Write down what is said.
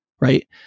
right